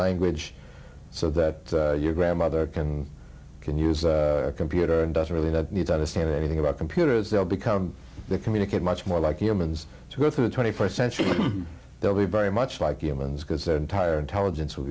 language so that your grandmother can can use a computer and doesn't really don't need to understand anything about computers they'll become communicate much more like humans go through the twenty first century they'll be very much like humans because their entire intelligence will